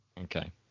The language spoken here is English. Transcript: Okay